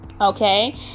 Okay